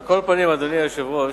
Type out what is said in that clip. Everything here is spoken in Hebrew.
פנים, אדוני היושב-ראש,